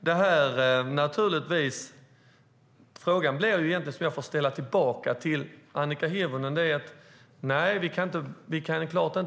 Nej, vi kan inte mäta framgången i hur många ordningsvakter vi har i en domstol.